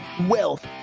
wealth